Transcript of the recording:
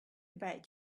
bet